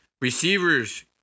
Receivers